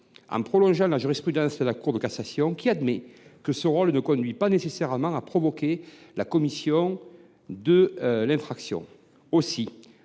en prolongeant la jurisprudence de la Cour de cassation, qui admet que ces rôles ne conduisent pas nécessairement à provoquer la commission de l’infraction. Cet